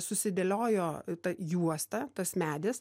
susidėliojo ta juosta tas medis